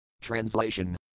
Translation